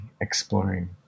exploring